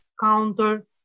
counter